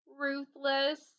Ruthless